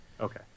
Okay